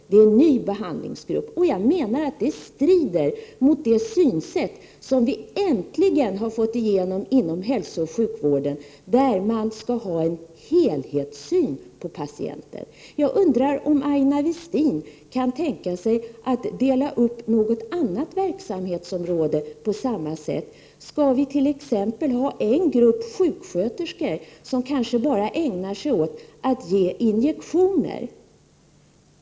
Det är en ny behandlingsgrupp, och jag menar att detta strider mot det synsätt som vi äntligen har fått igenom inom hälsooch sjukvården, där man skall ha en helhetssyn på patienten. Jag undrar om Aina Westin kan tänka sig att dela upp något annat verksamhetsområde på samma sätt. Skall vi t.ex. ha en grupp sjuksköterskor, som kanske bara ägnar sig åt att ge injektioner?